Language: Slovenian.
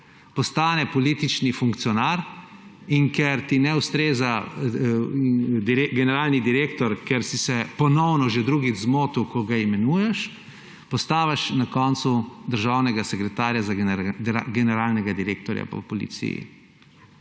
postane politični funkcionar, in ker ti ne ustreza generalni direktor, ker si se ponovno, že drugič zmotil, ko ga imenuješ, postaviš na koncu državnega sekretarja za generalnega direktorja v policiji.